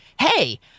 hey